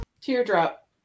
teardrop